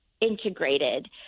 integrated